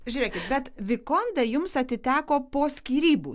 žiūrėkit bet vikonda jums atiteko po skyrybų